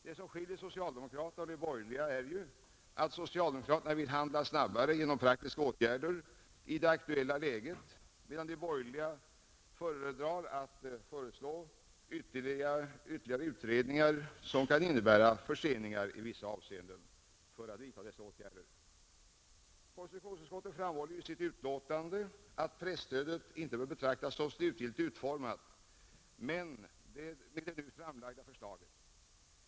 Det som skiljer socialdemokraterna och de borgerliga är att socialdemokraterna vill handla snabbare genom praktiska åtgärder i det aktuella läget, medan de borgerliga föreslår ytterligare utredningar, som i vissa avseenden kan innebära förseningar när det gäller att vidta dessa åtgärder. Konstitutionsutskottet framhåller i sitt utlåtande att presstödet inte bör betraktas som slutgiltigt utformat med det nu framlagda förslaget.